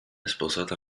sposata